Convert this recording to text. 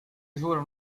suurem